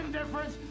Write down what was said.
difference